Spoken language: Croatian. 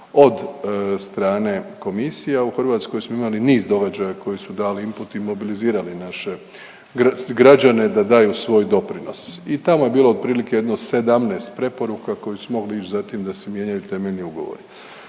od strane Komisije, a u Hrvatskoj smo imali niz događaja koji su da li input i mobilizirali naše građane da daju svoj doprinos i tamo je bilo otprilike jedno 17 preporuka, koji su mogli ić za tim da se mijenjaju temeljni ugovori.